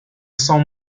sens